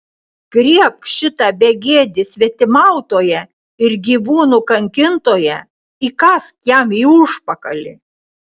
griebk šitą begėdį svetimautoją ir gyvūnų kankintoją įkąsk jam į užpakalį